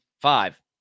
five